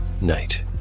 Night